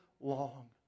long